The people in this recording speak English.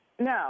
no